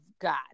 God